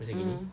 mm